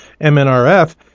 MNRF